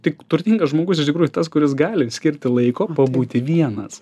tik turtingas žmogus iš tikrųjų tas kuris gali skirti laiko pabūti vienas